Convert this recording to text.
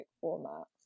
format